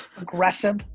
aggressive